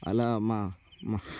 అలా మా మా